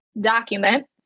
document